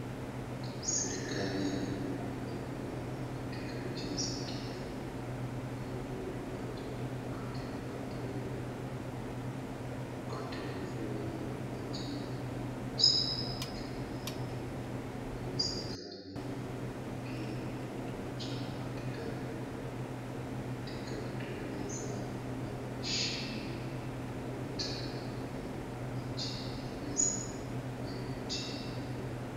Serikali imekuwa ikipambana katika ujenzi wa taifa ,kwa hivo unapata kuna wakati ambapo wakati wa mvua maji husambaa kila mahali .Kwenye serikali pia imekuwa na mchango katika kutengeneza hayo mashimo au mitaro ambayo maji yanaweza kuyapitia.